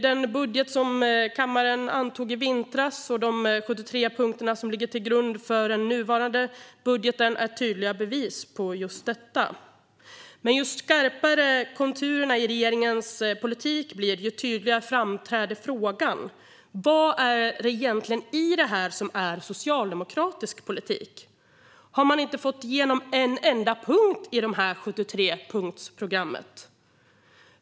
Den budget kammaren antog i vintras och de 73 punkter som ligger till grund för den nuvarande budgeten är tydliga bevis på just detta. Men ju skarpare konturerna i regeringens politik blir desto tydligare framträder frågan: Vad är det egentligen i detta som är socialdemokratisk politik? Har man inte fått igenom en enda punkt i 73-punktsprogrammet?